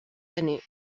années